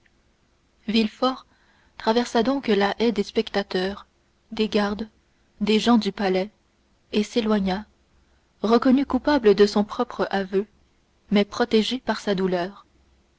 villefort traversa donc la haie des spectateurs des gardes des gens du palais et s'éloigna reconnu coupable de son propre aveu mais protégé par sa douleur